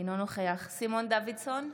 אינו נוכח סימון דוידסון,